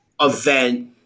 event